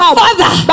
father